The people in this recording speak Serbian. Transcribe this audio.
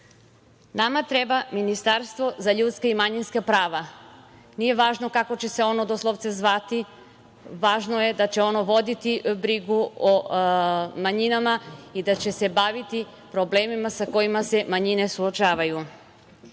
treba ministarstvo za ljudska i manjinska prava. Nije važno kako će se ono doslovce zvati, važno je da će ono voditi brigu o manjinama i da će se baviti problemima sa kojima se manjine suočavaju. Nama